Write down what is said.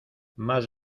más